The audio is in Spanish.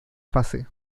fase